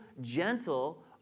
gentle